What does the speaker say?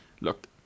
look